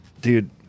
Dude